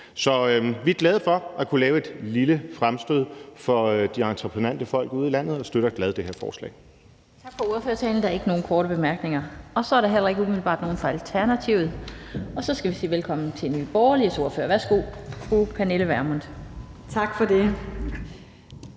Så vi er glade for at kunne lave et lille fremstød for de entreprenante folk ude i landet og støtter glad det her forslag. Kl. 13:17 Den fg. formand (Annette Lind): Tak for ordførertalen. Der er ikke nogen korte bemærkninger. Der er umiddelbart heller ikke nogen ordfører fra Alternativet, og så skal vi sige velkommen til Nye Borgerliges ordfører. Værsgo, fru Pernille Vermund. Kl.